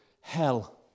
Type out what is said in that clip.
Hell